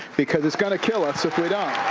because it's going to kill us if we don't.